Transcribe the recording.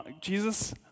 Jesus